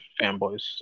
fanboys